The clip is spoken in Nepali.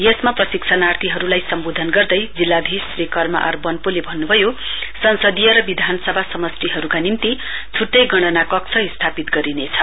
यसमा प्रशिक्षणार्थीहरूलाई सम्बोधन गर्दै जिल्लाधीश श्री कर्म आर बन्पोले भन्नुभयो संसदीय र विधानसभा समष्टिहरूका निम्ति छुट्टै गणना कक्ष स्थापित गरिनेछ